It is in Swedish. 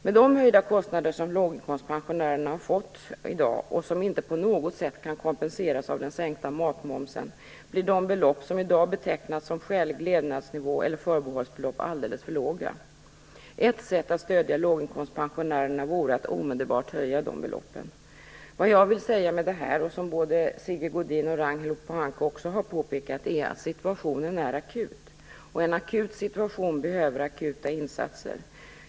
Med de höjda kostnader som låginkomstpensionärerna i dag har fått - och som inte på något vis kan kompenseras av den sänkta matmomsen - blir de belopp som i dag har betecknats som en skälig levnadsnivå eller förbehållsbelopp alldeles för låga. Ett sätt att stödja låginkomstpensionärerna vore att omedelbart höja de beloppen. Situationen är alltså, som både Sigge Godin och Ragnhild Pohanka har påpekat, akut. En akut situation behöver akuta insatser.